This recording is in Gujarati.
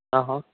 હહ